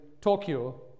Tokyo